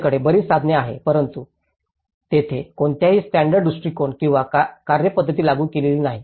आमच्याकडे बरीच साधने आहेत परंतु तेथे कोणताही स्टॅंडर्ड दृष्टीकोन किंवा कार्यपद्धती लागू केलेली नाही